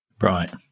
Right